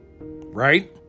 right